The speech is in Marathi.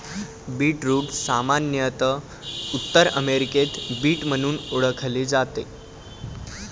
बीटरूट सामान्यत उत्तर अमेरिकेत बीट म्हणून ओळखले जाते